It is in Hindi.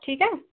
ठीक है